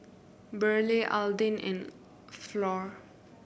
Burleigh Alden and Flor